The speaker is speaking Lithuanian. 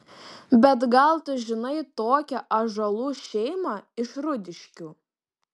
bet gal tu žinai tokią ąžuolų šeimą iš rūdiškių